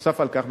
נוסף על כך,